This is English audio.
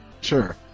Sure